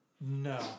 No